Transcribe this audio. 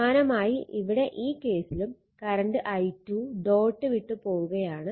സമാനമായി ഇവിടെ ഈ കേസിലും കറണ്ട് i2 ഡോട്ട് വിട്ട് പോവുകയാണ്